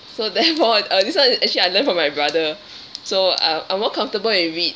so therefore it uh this [one] is actually I learn from my brother so uh I'm more comfortable with it